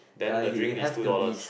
then the drink is two dollars